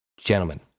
gentlemen